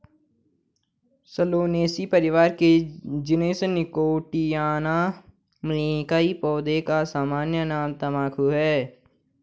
Solanaceae परिवार के genus Nicotiana में कई पौधों का सामान्य नाम तंबाकू है